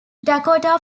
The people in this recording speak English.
dakota